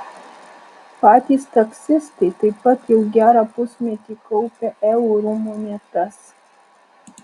patys taksistai taip pat jau gerą pusmetį kaupia eurų monetas